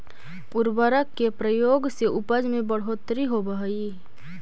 उर्वरक के प्रयोग से उपज में बढ़ोत्तरी होवऽ हई